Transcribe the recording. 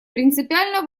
принципиально